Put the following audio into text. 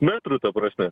metrų ta prasme